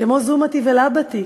כמו "זומטי ולבטי".